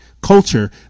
culture